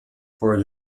for